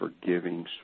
forgiving